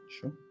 Sure